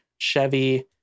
Chevy